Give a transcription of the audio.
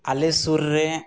ᱟᱞᱮ ᱥᱩᱨ ᱨᱮ